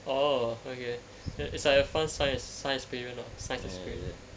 orh okay it's like a fun science science experience science experience